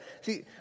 See